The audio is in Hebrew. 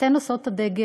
אתן נושאות הדגל.